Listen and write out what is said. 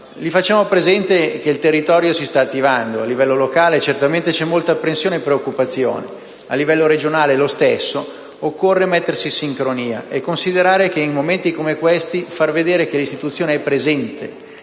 facciamo presente che il territorio si sta attivando; al livello locale certamente c'è molta apprensione e preoccupazione, così come al livello regionale. Occorre mettersi in sincronia e considerare che in momenti come questi far vedere che l'istituzione è presente,